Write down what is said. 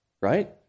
right